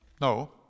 No